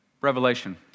Revelation